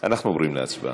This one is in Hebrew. אנחנו עוברים להצבעה.